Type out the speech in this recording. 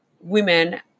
women